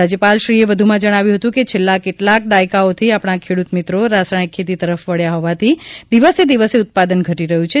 રાજ્યપાલશ્રીએ વધુમાં જણાવ્યું હતું કે છેલ્લાં કેટલાંક દાયકાઓથી આપણા ખેડૂત મિત્રો રાસાયણિક ખેતી તરફ વબ્યા હોવાથી દિવસે દિવસે ઉત્પાદન ઘટી રહ્યું છે